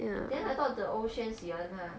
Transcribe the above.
then I thought the 欧萱喜欢他